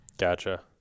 Gotcha